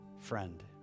friend